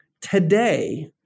today